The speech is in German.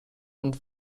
und